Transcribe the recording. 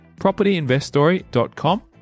propertyinveststory.com